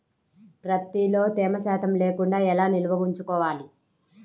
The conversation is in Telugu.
ప్రత్తిలో తేమ శాతం లేకుండా ఎలా నిల్వ ఉంచుకోవాలి?